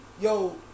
yo